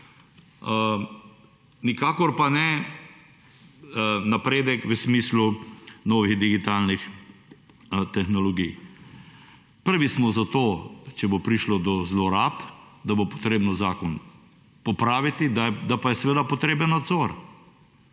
Nikakor pa ne napredek v smislu novih digitalnih tehnologij. Prvi smo za to, če bo prišlo do zlorab, da bo potrebno zakon popraviti, da pa je seveda potreben nadzor.